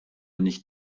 nicht